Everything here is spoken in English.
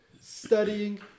studying